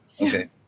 Okay